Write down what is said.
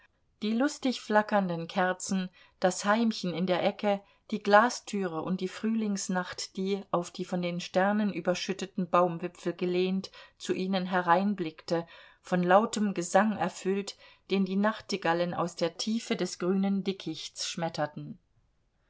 die lustig flackernden kerzen das heimchen in der ecke die glastüre und die frühlingsnacht die auf die von den sternen überschütteten baumwipfel gelehnt zu ihnen hereinblickte von lautem gesang erfüllt den die nachtigallen aus der tiefe des grünen dickichts schmetterten